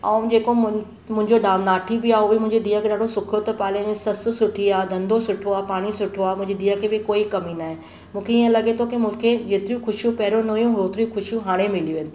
ऐं जेको मुं मुंहिंजो दा नाठी बि आहे उहा बि मुंहिंजी धीउ खे ॾाढो सुठो थो पाले हुन जी ससु सुठी आहे धंदो सुठो आहे पाण बि सुठो आहे मुंहिंजी धीउ खे बि कोई कमी नाहे मूंखे हीअं लॻे थो कि मूंखे जेतिरियूं ख़ुशियूं पहिरों न हुयूं होतिरियूं ख़ुशियूं हाणे मिलियूं आहिनि